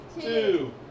two